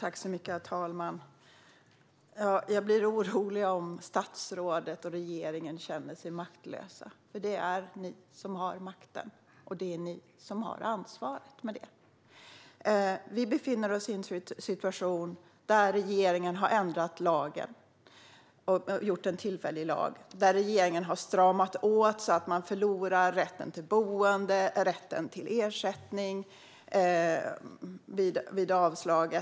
Herr talman! Jag blir orolig om statsrådet och regeringen känner sig maktlösa. Det är ni som har makten, och det är ni som har ansvaret. Vi befinner oss i en situation där regeringen har ändrat lagen och gjort en tillfällig lag. Regeringen har stramat åt så att man förlorar rätt till boende och ersättning vid avslag.